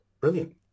brilliant